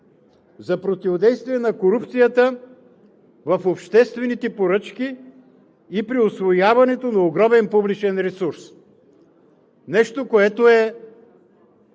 за противодействие на корупцията в обществените поръчки и при усвояването на огромен публичен ресурс – нещо, което е